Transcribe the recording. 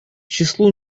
числу